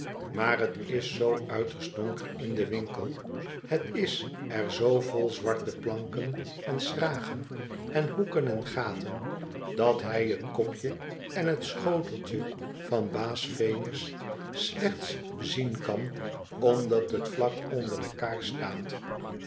maar het is zoo uiterst donker in den winkel het is er zoo vol zwarte planken en schragen en hoeken en gaten dat hij het kopje en het schoteltje van baas venus slechts zien kan omdat het vlak onder de kaars staat